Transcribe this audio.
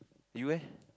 you eh